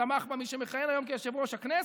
ותמך בה מי שמכהן היום כיושב-ראש הכנסת,